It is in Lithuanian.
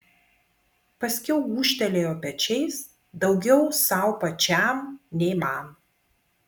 paskiau gūžtelėjo pečiais daugiau sau pačiam nei man